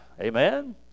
Amen